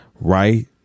right